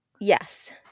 Yes